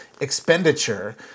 expenditure